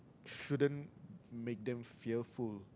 shouldn't make them fearful